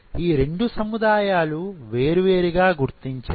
ఈ రెండు సముదాయాలు వేరువేరుగా గుర్తించాం